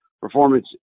Performance